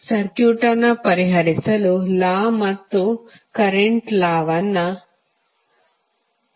circuit ಅನ್ನು ಪರಿಹರಿಸಲು law ಮತ್ತು ಕರೆಂಟ್ ಲಾ ಉಪಯೋಗಿಸಬಹುದು